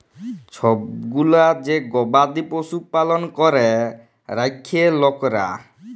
ছব গুলা যে গবাদি পশু পালল ক্যরে রাখ্যে লকরা